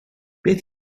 beth